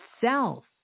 self